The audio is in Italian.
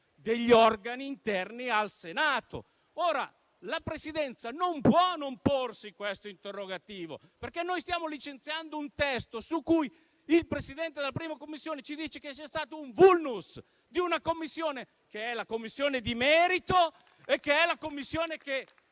degli organi interni al Senato. La Presidenza non può non porsi questo interrogativo, perché noi stiamo licenziando un testo su cui il Presidente della 1a Commissione ci dice che c'è stato un *vulnus* a danno della Commissione di merito, che è la Commissione che